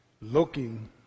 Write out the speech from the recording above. looking